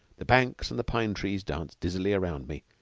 the banks and the pine-trees danced dizzily round me,